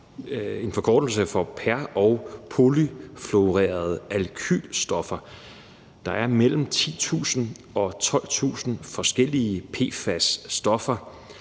en forkortelse for per- og polyfluorerede alkylstoffer. Der er mellem 10.000 og 12.000 forskellige PFAS-stoffer,